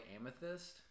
amethyst